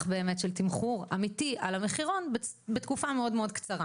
באמת של תמחור אמיתי על המחירון בתקופה מאוד מאוד קצרה